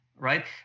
Right